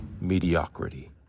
mediocrity